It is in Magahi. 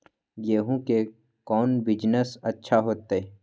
गेंहू के कौन बिजनेस अच्छा होतई?